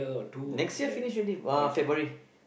next year finish already uh February